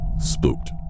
Spooked